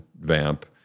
vamp